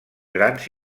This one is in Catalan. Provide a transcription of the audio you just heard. grans